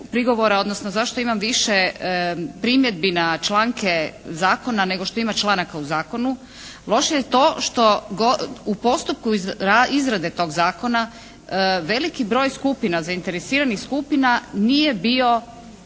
odnosno zašto imam više primjedbi na članke zakona nego što ima članak u zakonu, loše je to što u postupku izrade tog zakona veliki broj skupina, zainteresiranih skupina nije bio